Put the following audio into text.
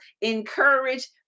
encourage